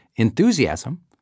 Enthusiasm